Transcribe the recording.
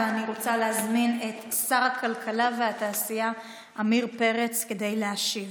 אני רוצה להזמין את שר הכלכלה והתעשייה עמיר פרץ להשיב.